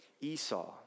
Esau